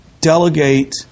delegate